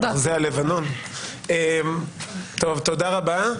טוב, תודה רבה.